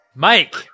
Mike